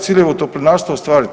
ciljeve u toplinarstvu ostvariti.